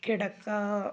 കിടക്ക